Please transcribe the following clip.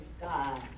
God